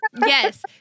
Yes